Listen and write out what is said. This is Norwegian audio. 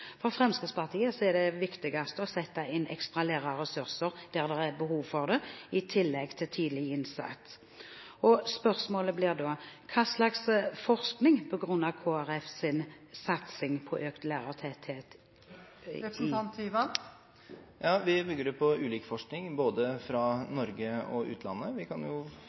For Fremskrittspartiet er det viktigste å sette inn ekstra lærerressurser der det er behov for det, i tillegg til tidlig innsats. Spørsmålet blir da: Hva slags forskning begrunner Kristelig Folkeparti sin satsing på økt lærertetthet i? Vi bygger det på ulik forskning, både fra Norge og fra utandet. Jeg kan